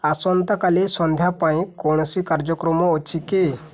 ଆସନ୍ତାକାଲି ସନ୍ଧ୍ୟା ପାଇଁ କୌଣସି କାର୍ଯ୍ୟକ୍ରମ ଅଛି କି